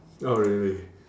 not really